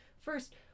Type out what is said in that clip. First